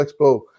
Expo